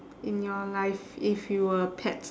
in your life if you were a pet